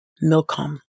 Milcom